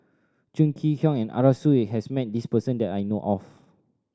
Chong Kee Hiong and Arasu has met this person that I know of